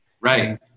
Right